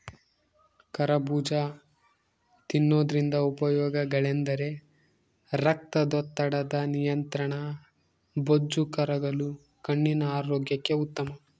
ಕರಬೂಜ ತಿನ್ನೋದ್ರಿಂದ ಉಪಯೋಗಗಳೆಂದರೆ ರಕ್ತದೊತ್ತಡದ ನಿಯಂತ್ರಣ, ಬೊಜ್ಜು ಕರಗಲು, ಕಣ್ಣಿನ ಆರೋಗ್ಯಕ್ಕೆ ಉತ್ತಮ